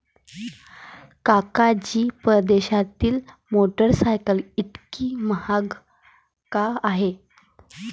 काका जी, परदेशातील मोटरसायकल इतकी महाग का आहे?